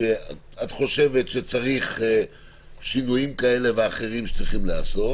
שאת חושבת שצריך שינויים כאלה ואחרים שצריכים להיעשות,